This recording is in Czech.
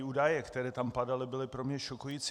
Údaje, které tam padaly, byly pro mě šokující.